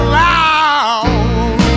loud